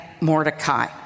Mordecai